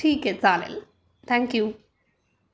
ठीक आहे चालेल थँक्यू